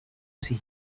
see